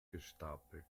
gestapelt